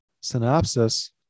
Synopsis